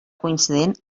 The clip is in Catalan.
coincident